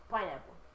Pineapple